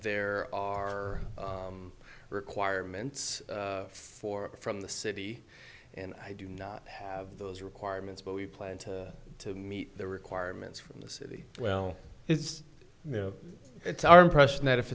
there are requirements for from the city and i do not have those requirements but we plan to to meet the requirements from the city well it's you know it's our impression that if